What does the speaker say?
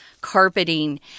carpeting